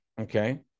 Okay